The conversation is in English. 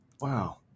wow